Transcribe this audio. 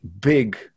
big